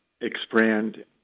expand